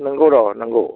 नोंगौ र' नोंगौ